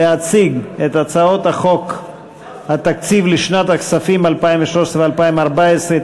להציג את הצעת חוק התקציב לשנות הכספים 2013 ו-2014,